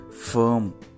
firm